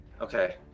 okay